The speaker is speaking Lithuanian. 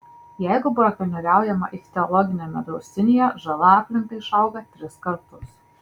jeigu brakonieriaujama ichtiologiniame draustinyje žala aplinkai išauga tris kartus